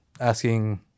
asking